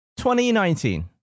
2019